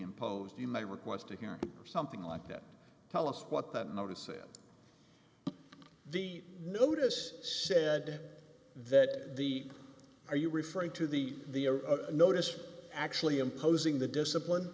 imposed you may request to hear something like that tell us what that notice is the notice said that the are you referring to the notice actually imposing the discipline